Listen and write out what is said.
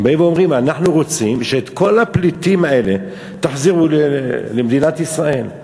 הם באים ואומרים: אנחנו רוצים שאת כל הפליטים האלה תחזירו למדינת ישראל.